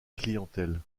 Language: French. clientèle